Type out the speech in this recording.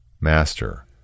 Master